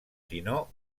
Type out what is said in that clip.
sinó